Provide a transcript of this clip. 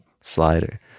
slider